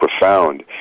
profound